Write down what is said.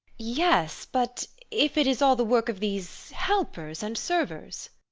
yes, but if it is all the work of these helpers and servers?